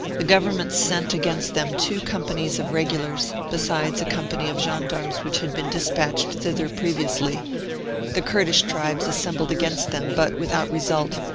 the government sent against them two companies of regulars, besides a company of gen darmes which had been despatched thither pre viously the kurdish tribes assembled against them, but without result,